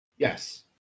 Yes